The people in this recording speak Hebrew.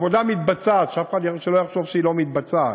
העבודה מתבצעת, שאף אחד שלא יחשוב שהיא לא מתבצעת.